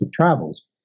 travels